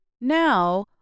Now